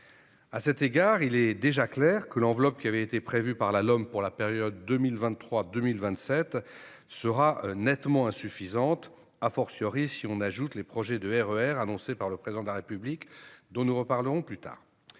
À cet égard, il est déjà clair que l'enveloppe qui avait été prévue dans la LOM pour la période 2023-2027 sera nettement insuffisante, si on ajoute les projets de RER annoncés par le Président de la République, dont nous reparlerons plus tard.